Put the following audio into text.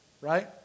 right